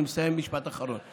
אני מסיים, משפט אחרון.